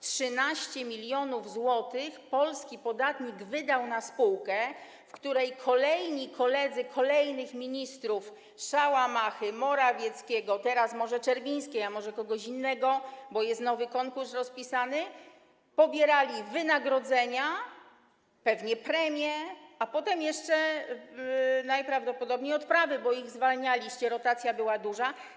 13 mln zł polski podatnik wydał na spółkę, w której kolejni koledzy kolejnych ministrów Szałamachy, Morawieckiego, teraz może Czerwińskiej, a może kogoś innego, bo jest nowy konkurs rozpisany, pobierali wynagrodzenia, pewnie też premie, a potem jeszcze najprawdopodobniej odprawy, bo ich zwalnialiście i rotacja była duża.